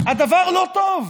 הדבר לא טוב,